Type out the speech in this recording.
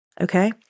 Okay